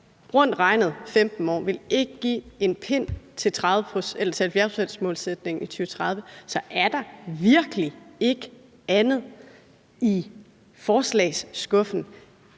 rundt regnet 15 år og ville ikke give en pind til 70-procentsmålsætningen i 2030. Så er der virkelig ikke andet i forslagsskuffen